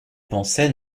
pensait